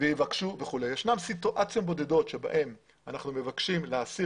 יש סיטואציות בודדות בהן אנחנו מבקשים להסיר